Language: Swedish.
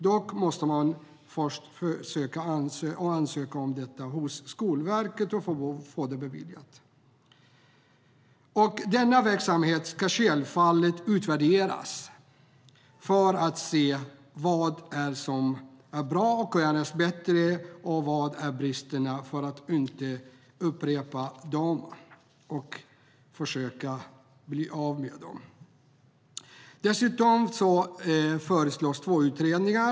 Dock måste man först ansöka om detta hos Skolverket och få det beviljat. Dessutom föreslås två utredningar.